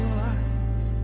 life